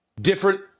different